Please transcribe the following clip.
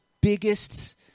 biggest